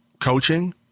coaching